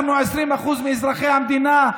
אנחנו 20% מאזרחי המדינה,